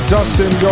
Dustin